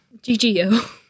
GGO